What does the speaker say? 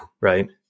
Right